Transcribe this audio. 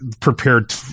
prepared